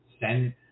send